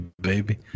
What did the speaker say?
baby